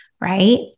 right